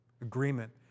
Agreement